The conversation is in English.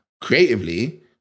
creatively